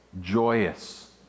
joyous